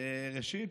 ראשית,